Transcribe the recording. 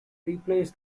replaced